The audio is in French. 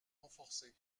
renforcés